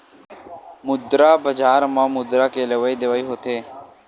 मुद्रा बजार म मुद्रा के लेवइ देवइ होथे